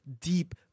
Deep